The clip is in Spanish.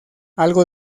algo